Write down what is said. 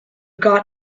got